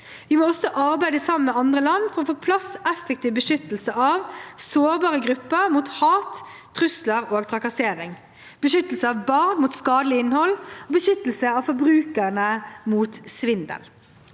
Vi må også arbeide sammen med andre land for å få på plass effektiv beskyttelse av sårbare grupper mot hat, trusler og trakassering, beskyttelse av barn mot skadelig innhold og beskyttelse av forbrukerne mot svindel.